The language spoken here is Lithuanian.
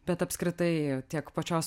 bet apskritai tiek pačios